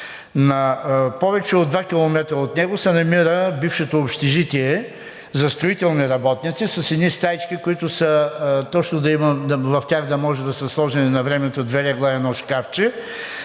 На повече от два километра от него се намира бившето общежитие за строителни работници с едни стаички, които са точно да има и в тях да може да са сложени навремето две легла и едно шкафче.